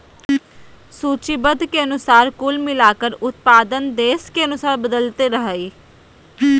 सूचीबद्ध के अनुसार कुल मिलाकर उत्पादन देश के अनुसार बदलते रहइ हइ